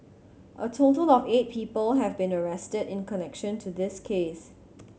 a total of eight people have been arrested in connection to this case